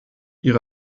ihre